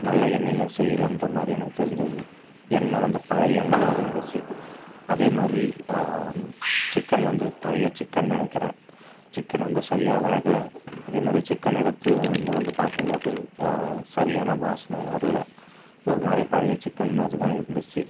நல்ல எண்ணெயில் செய்யலன்ற மாதிரி எனக்கு தெரிஞ்சது எண்ணெ வந்து பழைய எண்ணெ மாதிரி இருந்துச்சு அதே மாதிரி சிக்கன் வந்து பழைய சிக்கன் நினைக்கிறன் சிக்கன் வந்து சரியாக வேகலை அதே மாதிரி சிக்கனை எடுத்து மோந்து பார்க்கும்மோது சரியான வாசனை வரல ஒரு மாதிரி பழைய சிக்கன் மாதிரி தான் இருந்துச்சு